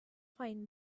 find